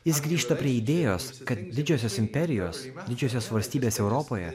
jis grįžta prie idėjos kad didžiosios imperijos didžiosios valstybės europoje